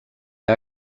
que